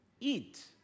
eat